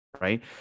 right